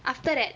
after that